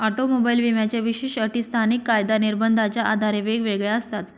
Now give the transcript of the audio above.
automobile विम्याच्या विशेष अटी स्थानिक कायदा निर्बंधाच्या आधारे वेगवेगळ्या असतात